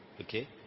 Okay